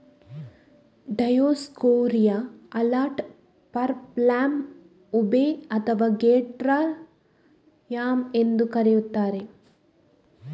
Dioscorea alata, purple yam, ube ಅಥವಾ greater yam ಎಂದೂ ಕರೆಯುತ್ತಾರೆ